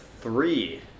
three